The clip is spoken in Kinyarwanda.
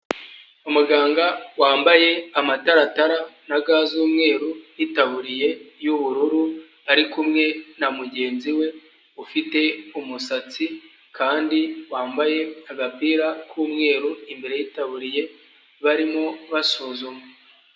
Umuganga wambaye amataratara na ga z'umweru n'itaburiye y'ubururu ari kumwe na mugenzi we ufite umusatsi kandi wambaye agapira k'umweru imbere y'itabuye barimo basuzuma.